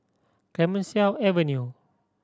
Clemenceau Avenue